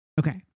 Okay